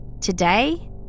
Today